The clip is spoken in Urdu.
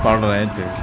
پڑھ رہے تھے